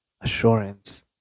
assurance